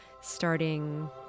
starting